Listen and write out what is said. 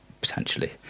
potentially